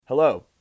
Hello